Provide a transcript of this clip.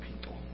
people